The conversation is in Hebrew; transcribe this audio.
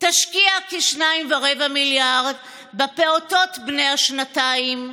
תשקיע כ-2.25 מיליארד בפעוטות בני השנתיים,